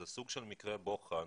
זה סוג של מקרה בוחן